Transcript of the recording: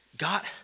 God